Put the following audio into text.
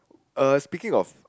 uh speaking of